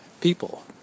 people